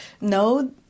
no